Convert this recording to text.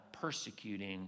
persecuting